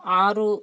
ಆರು